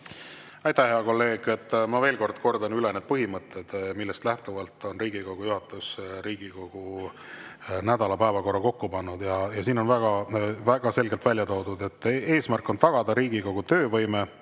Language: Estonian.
Aitäh, hea kolleeg! Ma veel kord kordan üle need põhimõtted, millest lähtuvalt on Riigikogu juhatus Riigikogu nädala päevakorra kokku pannud. On väga selgelt välja toodud, et eesmärk on tagada Riigikogu töövõime.